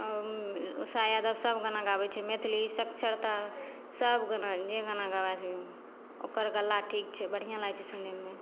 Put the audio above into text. अँ उषा यादव सभ गाना गाबै छै मैथिली सक्षरता सब गाना जे गाना गबै सकी ओकर गला ठीक छै बढ़िआँ लागै छै सुनैमे